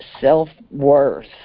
self-worth